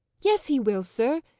yes, he will, sir!